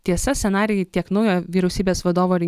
tiesa scenarijai tiek naujo vyriausybės vadovo